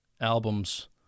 albums